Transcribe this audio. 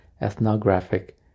ethnographic